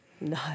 no